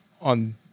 on